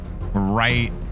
right